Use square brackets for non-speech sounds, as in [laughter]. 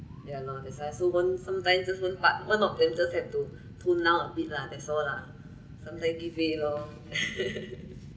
ya lor that's why so one sometime just one part one of them just have to tone down a bit lah that's all lah sometime give way loh [laughs]